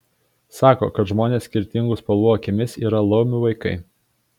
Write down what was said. sako kad žmonės skirtingų spalvų akimis yra laumių vaikai